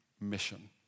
Mission